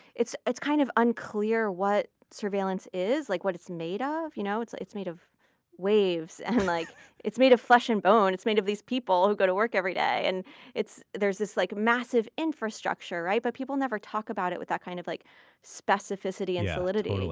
it's it's kind of unclear what surveillance is, like what it's made ah of. you know it's like it's made of waves, and like it's made of flesh and bone. it's made of these people who go to work every day. and there's this like massive infrastructure, right? but people never talk about it with that kind of like specificity and solidity.